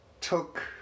took